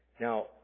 Now